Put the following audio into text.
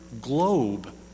globe